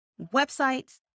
websites